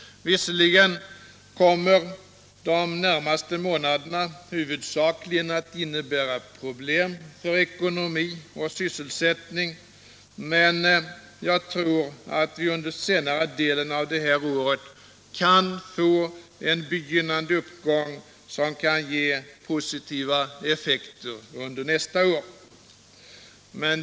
Visserligen kommer de närmaste månaderna huvudsakligen att innebära problem för ekonomi och sysselsättning, men jag tror att vi under senare delen av det här året kan få en begynnande uppgång som kan ge positiva effekter under nästa år.